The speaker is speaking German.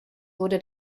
wurde